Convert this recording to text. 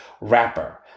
rapper